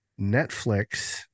Netflix